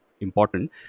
important